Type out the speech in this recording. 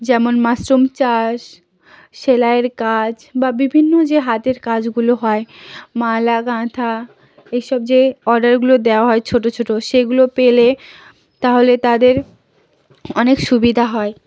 যেমন মাশরুম চাষ সেলাইয়ের কাজ বা বিভিন্ন যে হাতের কাজগুলো হয় মালা গাঁথা এইসব যে অর্ডারগুলো দেওয়া হয় ছোট ছোট সেগুলো পেলে তাহলে তাদের অনেক সুবিধা হয়